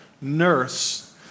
nurse